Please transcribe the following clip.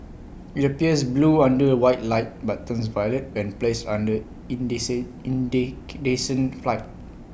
IT appears blue under white light but turns violet when placed under descent flighting